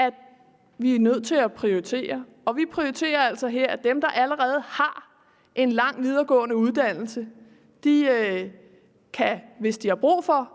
vi er nødt til at prioritere, og vi prioriterer altså her, at dem, der allerede har en lang videregående uddannelse, kan, hvis de har brug for